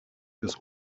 this